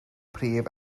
prif